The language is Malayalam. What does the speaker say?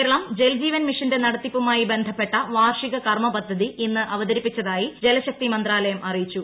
കേരളം ജൽ ജീവൻ മിഷന്റെ നടത്തിപ്പുമായി ബന്ധപ്പെട്ട വാർഷിക കർമ്മപദ്ധതി ഇന്ന് അവതരിപ്പിച്ചതായി ജലശക്തി മന്ത്രാലയം അറിയിച്ചു